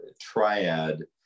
triad